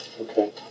Okay